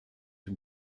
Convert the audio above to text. dem